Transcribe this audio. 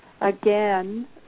again